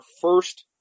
first